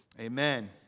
amen